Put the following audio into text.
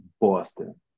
Boston